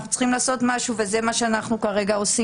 צריכים לעשות משהו וזה מה שכרגע אנחנו עושים.